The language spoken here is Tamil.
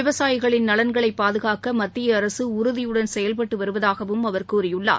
விவசாயிகளின் நலன்களைப் பாதுகாக்க மத்திய அரசு உறுதியுடன் செயல்பட்டு வருவதாகவும் அவர் கூறியுள்ளார்